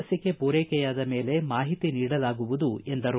ಲಸಿಕೆ ಪೂರೈಕೆಯಾದ ಮೇಲೆ ಮಾಹಿತಿ ನೀಡಲಾಗುವುದು ಎಂದರು